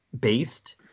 based